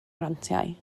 grantiau